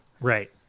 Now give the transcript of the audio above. right